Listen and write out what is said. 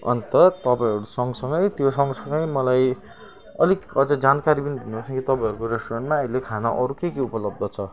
अन्त तपाईँहरू सँगसँगै त्यो सँगसँगै मलाई अलिक अझै जानकारी पनि दिनुहोस् न यो तपाईँहरूको रेस्टुरेन्टमा अहिले खाना अरू के के उपलब्ध छ